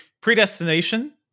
Predestination